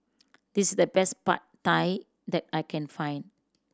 this is the best Pad Thai that I can find